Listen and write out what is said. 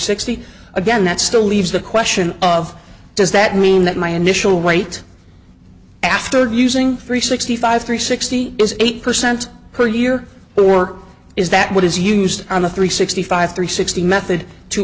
sixty again that still leaves the question of does that mean that my initial weight after using three sixty five three sixty is eight percent per year or is that what is used on the three sixty five three sixty method to